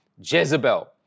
Jezebel